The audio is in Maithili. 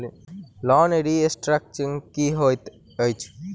लोन रीस्ट्रक्चरिंग की होइत अछि?